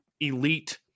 elite